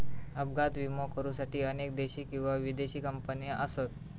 अपघात विमो करुसाठी अनेक देशी किंवा विदेशी कंपने असत